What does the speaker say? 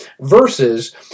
versus